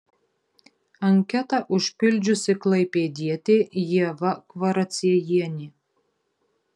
anketą užpildžiusi klaipėdietė ieva kvaraciejienė